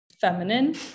feminine